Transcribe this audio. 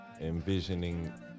envisioning